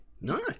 No